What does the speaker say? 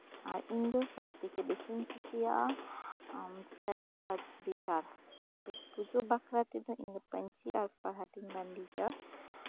ᱟᱨ ᱤᱧ ᱫᱚ ᱥᱚᱵ ᱛᱷᱮᱠᱮ ᱵᱤᱥᱤᱧ ᱠᱩᱥᱤᱭᱟᱜᱼᱟ ᱥᱟ ᱲᱤ ᱟᱨ ᱪᱩᱲᱤᱫᱟᱨ ᱯᱩᱡᱳ ᱵᱟᱠᱷᱨᱟ ᱛᱮᱫᱚ ᱤᱧ ᱯᱟ ᱧᱪᱤ ᱟᱨ ᱯᱟᱲᱦᱟᱴᱤᱧ ᱵᱟᱸᱫᱮ ᱜᱮᱭᱟ